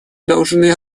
должны